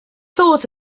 thought